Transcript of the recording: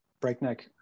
breakneck